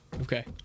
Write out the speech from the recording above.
Okay